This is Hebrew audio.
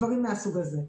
דברים מסוג הזה.